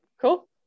Cool